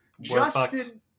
Justin